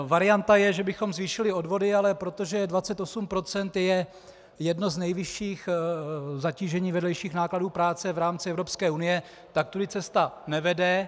Varianta je, že bychom zvýšili odvody, ale protože 28 % je jedno z nejvyšších zatížení vedlejších nákladů práce v rámci Evropské unie, tak tudy cesta nevede.